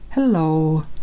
Hello